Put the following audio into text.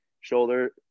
shoulder